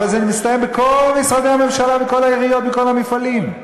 אבל זה מסתיים בכל משרדי הממשלה וכל העיריות וכל המפעלים.